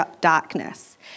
darkness